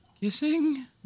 kissing